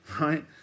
Right